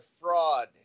fraud